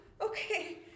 Okay